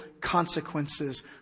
consequences